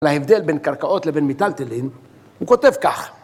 על ההבדל בין קרקעות לבין מיטלטלין, הוא כותב כך.